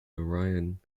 narayan